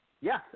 Yes